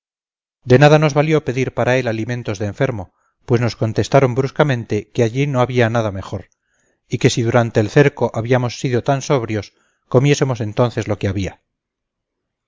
de nada nos valió pedir para él alimentos de enfermo pues nos contestaron bruscamente que allí no había nada mejor y que si durante el cerco habíamos sido tan sobrios comiésemos entonces lo que había